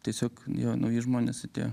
tiesiog jo nauji žmonės atėjo